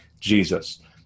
Jesus